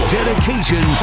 Dedication